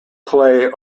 clay